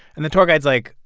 and the tour guide's like,